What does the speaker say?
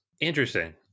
Interesting